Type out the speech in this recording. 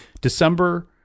December